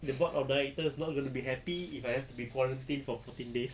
the board of directors not gonna be happy if I have to be quarantine for fourteen days